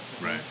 Right